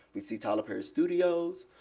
we see tyler perry studios.